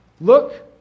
Look